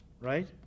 right